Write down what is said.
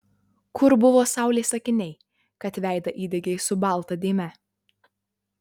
kur buvo saulės akiniai kad veidą įdegei su balta dėme